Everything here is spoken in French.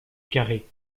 carré